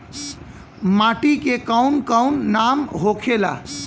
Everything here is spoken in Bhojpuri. माटी के कौन कौन नाम होखे ला?